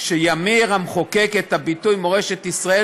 "ימיר המחוקק את הביטוי 'מורשת ישראל'